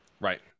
Right